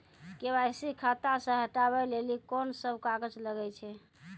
KYC खाता से हटाबै लेली कोंन सब कागज लगे छै?